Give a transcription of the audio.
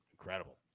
incredible